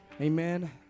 Amen